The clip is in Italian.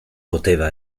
poteva